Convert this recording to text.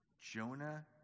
Jonah